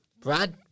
Brad